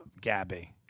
Gabby